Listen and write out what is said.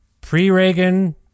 pre-Reagan